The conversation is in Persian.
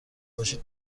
باشید